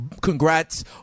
Congrats